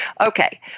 Okay